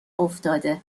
افتاده